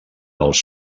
dels